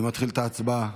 אני מתחיל את ההצבעה.